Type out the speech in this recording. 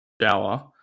shower